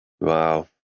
Wow